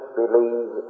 believe